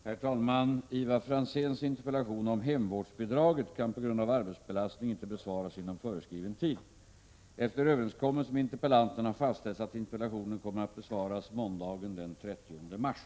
Herr talman! Ivar Franzéns interpellation om hemvårdsbidraget kan på grund av arbetsbelastning inte besvaras inom föreskriven tid. Efter överenskommelse med interpellanten har fastställts att interpellationen kommer att besvaras måndagen den 30 mars.